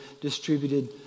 distributed